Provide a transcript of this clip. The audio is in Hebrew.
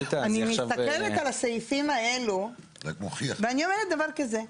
אני מסתכלת על הסעיפים האלו ואני אומרת דבר כזה.